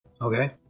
Okay